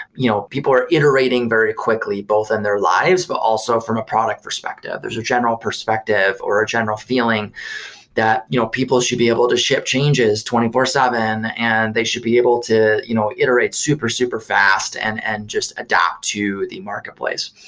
you know people are iterating very quickly both in their lives, but also from a product perspective. there's a general perspective or a general feeling that you know people should be able to ship changes two four zero seven and they should be able to you know iterate super, super fast and and just adapt to the marketplace.